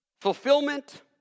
fulfillment